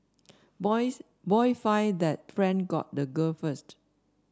boys boy find that friend got the girl first